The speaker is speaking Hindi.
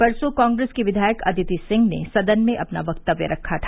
परसों कांग्रेस की विधायक अदिति सिंह ने सदन में अपना वक्तव्य रखा था